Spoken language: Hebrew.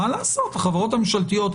מה לעשות החברות הממשלתיות,